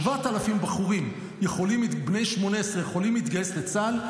7,000 בחורים בני 18 יכולים להתגייס לצה"ל,